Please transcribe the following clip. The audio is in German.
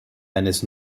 eines